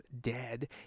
dead